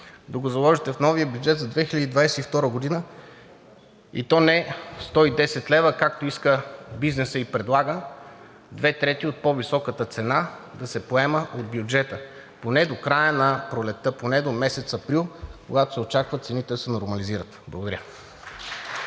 да го заложите в новия бюджет за 2022 г., и то не 110 лв., а както иска и предлага бизнесът – две трети от по-високата цена да се поема от бюджета поне до края на пролетта, поне до месец април, когато се очаква цените да се нормализират. Благодаря.